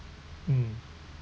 mm